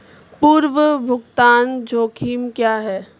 पूर्व भुगतान जोखिम क्या हैं?